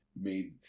made